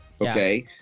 Okay